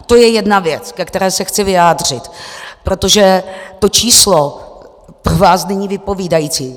To je jedna věc, ke které se chci vyjádřit, protože to číslo není vypovídající.